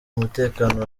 umutekano